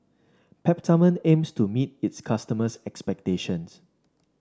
Peptamen aims to meet its customers' expectation